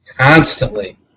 constantly